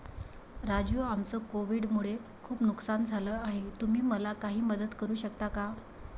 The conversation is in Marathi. राजू आमचं कोविड मुळे खूप नुकसान झालं आहे तुम्ही मला काही मदत करू शकता का?